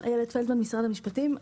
משרד המשפטים.